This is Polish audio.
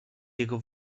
jego